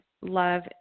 love